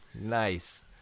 Nice